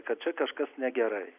kad čia kažkas negerai